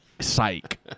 Psych